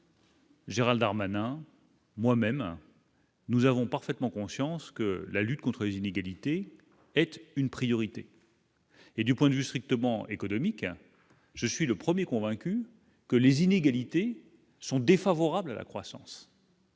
Gérald Harman à moi-même. Nous avons parfaitement conscience que la lutte contre les inégalités, être une priorité. Et du point de vue strictement économique, je suis le 1er, convaincu que les inégalités sont défavorables à la croissance.